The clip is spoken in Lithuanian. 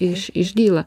iš išdyla